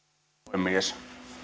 puhemies